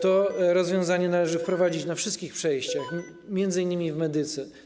To rozwiązanie należy wprowadzić na wszystkich przejściach, m.in. w Medyce.